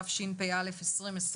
התשפ"א-2021.